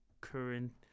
current